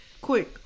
Quick